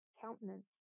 countenance